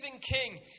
king